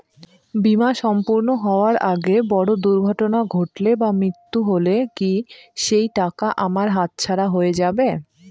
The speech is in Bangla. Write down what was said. বীমা সম্পূর্ণ হওয়ার আগে বড় দুর্ঘটনা ঘটলে বা মৃত্যু হলে কি সেইটাকা আমার হাতছাড়া হয়ে যাবে?